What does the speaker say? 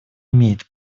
имеет